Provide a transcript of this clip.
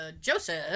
Joseph